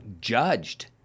judged